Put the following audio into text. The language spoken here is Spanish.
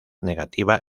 negativa